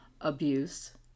abuse